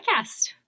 Podcast